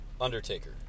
Undertaker